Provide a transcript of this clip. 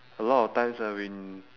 a lot of times when we